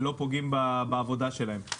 לא פוגעים בעבודה שלהם.